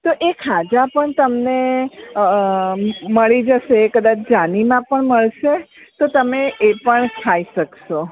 તો એ ખાજા પણ તમને મળી જશે કદાચ જાનીમાં મળશે તો તમે એ પણ ખાઈ શકશો